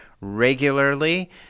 regularly